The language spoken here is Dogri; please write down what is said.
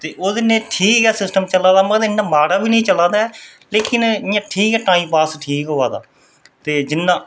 ते ओह्दे नै ठीक सिसटम चलै दा इन्ना माड़ा बी नेईं चला दा लेकिन इ'यां ठीक ऐ टाइम पास ठीक होआ दा ते